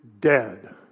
dead